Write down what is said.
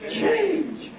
change